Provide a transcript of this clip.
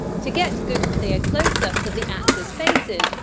to get good, clear close-ups of the actors' faces,